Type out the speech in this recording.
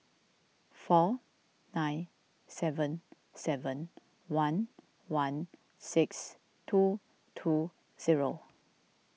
four nine seven seven one one six two two zero